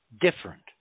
different